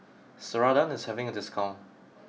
Ceradan is having a discount